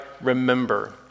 remember